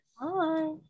Bye